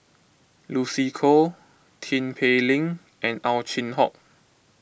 Lucy Koh Tin Pei Ling and Ow Chin Hock